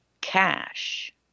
cash